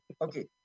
okay